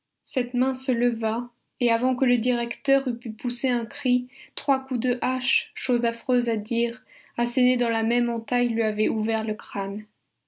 cette main se leva et avant que le directeur eût pu pousser un cri trois coups de hache chose affreuse à dire assénés dans la même entaille lui avaient ouvert le crâne